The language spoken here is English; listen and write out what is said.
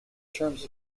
terms